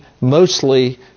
mostly